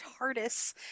TARDIS